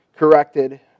corrected